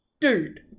dude